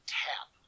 tap